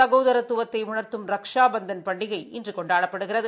ச்கோதரத்துவத்தை உணர்த்தும் ரக்ஷாபந்தன் பண்டிகை இன்று கொண்டாடப்படுகிறது